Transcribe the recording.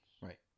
Right